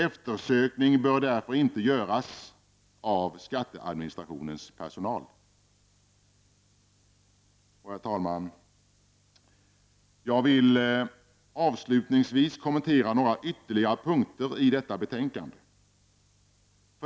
Eftersökning bör därför inte göras av skatteadministrationens personal. Herr talman! Jag vill avslutningsvis kommentera ytterligare några punkter i detta betänkande.